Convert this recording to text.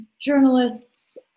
journalists